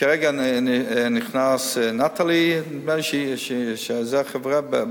כרגע נכנסה "נטלי", נדמה לי שזו החברה.